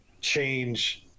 change